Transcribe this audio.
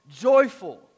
joyful